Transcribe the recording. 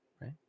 right